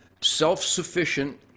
self-sufficient